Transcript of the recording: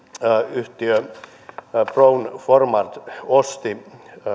yhtiö brown forman osti